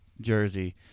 jersey